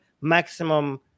maximum